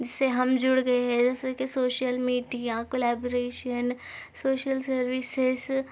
جس سے ہم جڑ گئے ہیں جیسے کہ social media collaboration social services